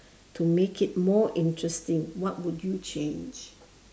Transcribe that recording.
to make it more interesting what would you change